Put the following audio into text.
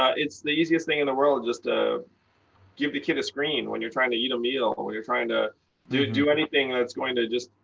ah it's the easiest thing in the world just to ah give the kid a screen when you're trying to eat a meal or you're trying to do do anything that's going to just,